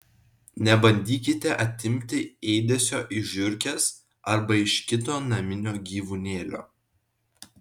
nebandykite atimti ėdesio iš žiurkės arba iš kito naminio gyvūnėlio